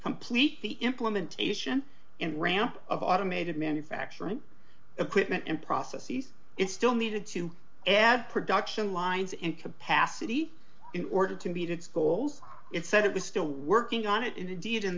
complete the implementation in ramp of automated manufacturing equipment and processes it still needed to add production lines and capacity in order to meet its goals it said it was still working on it and indeed